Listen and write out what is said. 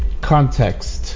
Context